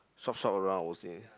shop shop around